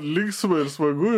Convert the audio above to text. linksma ir smagu